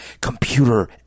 computer